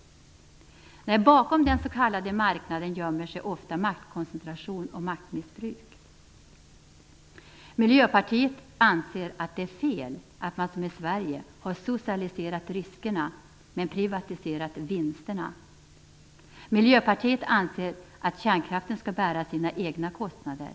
Nej, bakom den s.k. marknaden gömmer sig ofta maktkoncentration och maktmissbruk. Miljöpartiet anser att det är fel att man som i Sverige har socialiserat riskerna, men privatiserat vinsterna. Miljöpartiet anser att kärnkraften skall bära sina egna kostnader.